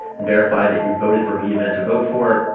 and verify that you voted for who you meant to vote for.